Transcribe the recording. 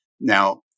Now